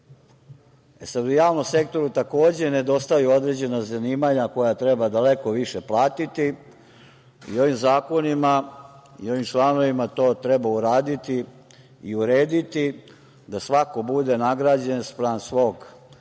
u javnom sektoru takođe nedostaju određena zanimanja koja treba daleko više platiti i ovim zakonima i ovim članovima to treba uraditi i urediti da svako bude nagrađen spram svog rada,